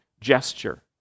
gesture